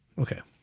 okay,